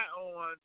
on